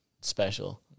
special